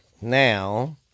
Now